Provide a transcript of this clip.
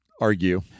argue